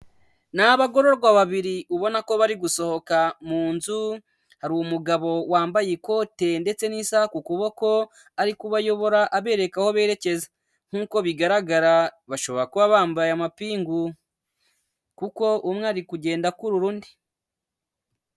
Ni abagororwa babiri ubona ko bari gusohoka mu nzu, hari umugabo wambaye ikote ndetse n'isaha ku kuboko, ari kubayobora abereka aho berekeza nk'uko bigaragara bashobora kuba bambaye amapingu, kuko umwe ari kugenda akurura undi.